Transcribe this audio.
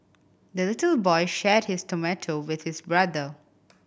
the little boy shared his tomato with his brother